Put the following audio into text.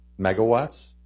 megawatts